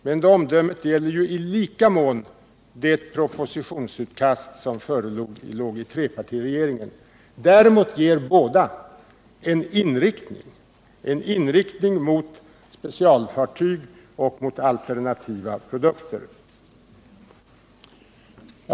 Men det omdömet gäller i lika mån det propositionsutkast som förelåg i trepartiregeringen. Däremot ger båda propositionerna en inriktning mot specialfartyg och mot alternativa produkter.